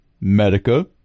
medica